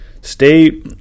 stay